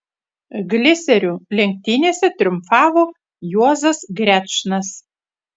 gliserių lenktynėse triumfavo juozas grečnas